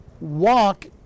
walk